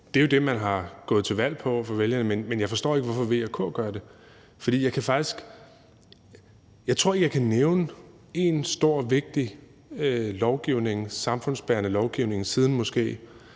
Det er jo det, man er gået til valg på over for vælgerne, men jeg forstår ikke, hvorfor V og K gør det. For jeg tror måske, jeg kan nævne én stor og vigtig samfundsbærende lovgivning siden